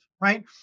right